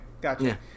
gotcha